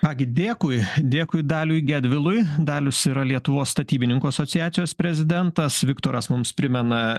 ką gi dėkui dėkui daliui gedvilui dalius yra lietuvos statybininkų asociacijos prezidentas viktoras mums primena